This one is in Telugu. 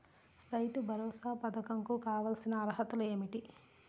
రైతు భరోసా పధకం కు కావాల్సిన అర్హతలు ఏమిటి?